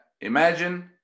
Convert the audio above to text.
Imagine